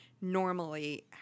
normally